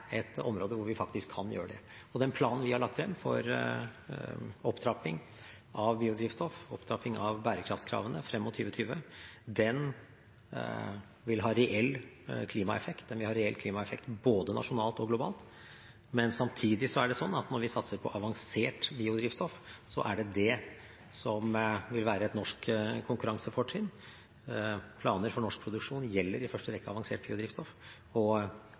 et område hvor vi faktisk kan gjøre det. Den planen vi har lagt frem for opptrapping av biodrivstoff, opptrapping av bærekraftskravene frem mot 2020, vil ha reell klimaeffekt både nasjonalt og globalt. Men samtidig er det sånn at når vi satser på avansert biodrivstoff, er det det som vil være et norsk konkurransefortrinn. Planer for norsk produksjon gjelder i første rekke avansert biodrivstoff, og